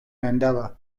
mandela